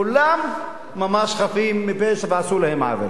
כולם ממש חפים מפשע ועשו להם עוול.